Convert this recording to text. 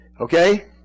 Okay